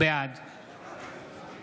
בעד